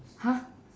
!huh!